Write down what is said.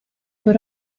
con